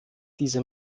diese